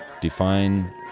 Define